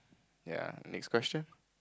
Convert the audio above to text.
ya next question